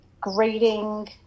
grading